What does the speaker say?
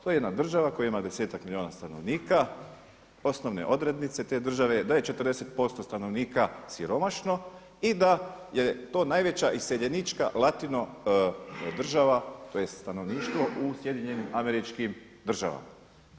To je jedna država koja ima desetak milijuna stanovnika, osnovne odrednice te države je da je 40% stanovnika siromašno i da je to najveća iseljenička latino država tj. stanovništvo u SAD-u.